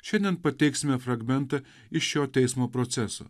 šiandien pateiksime fragmentą iš šio teismo proceso